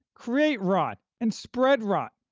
create rot, and spread rot,